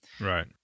right